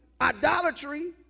idolatry